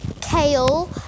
kale